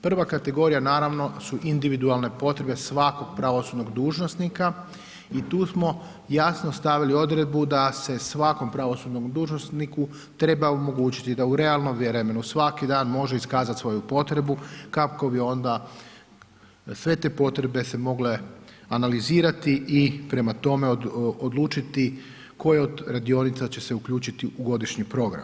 Prva kategorija, naravno, su individualne potrebe, svakog pravosudnog dužnosnika i tu smo jasno stavili odredbu da se svakom pravosudnom dužnosniku, treba omogućiti, da u realnom vremenu, svaki dan, može iskazati svoju potrebu, kako bi onda sve te potrebe se mogle analizirati i prema tome, odlučiti koje od radionica će se uključiti u godišnji program.